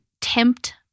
tempt